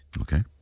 Okay